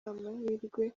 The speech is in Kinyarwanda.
amahirwe